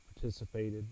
participated